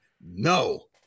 No